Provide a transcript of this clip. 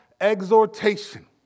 exhortation